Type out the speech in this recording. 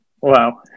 Wow